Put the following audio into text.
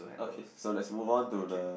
okay so let's move on to the